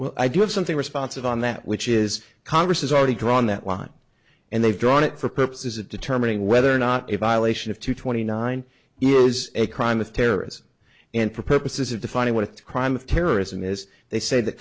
well i do have something responsive on that which is congress has already drawn that one and they've drawn it for purposes of determining whether or not a violation of two twenty nine is a crime of terrorism and purposes of defining what a crime of terrorism is they say th